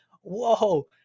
whoa